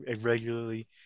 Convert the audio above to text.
regularly